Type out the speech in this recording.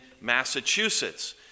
Massachusetts